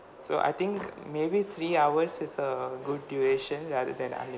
so I think maybe three hours is a good duration rather than